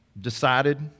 decided